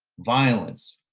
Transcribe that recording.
violence,